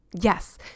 yes